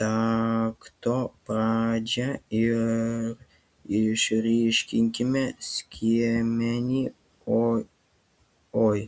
takto pradžią ir išryškinkime skiemenį oi oi